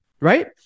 right